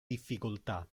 difficoltà